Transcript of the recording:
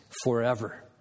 forever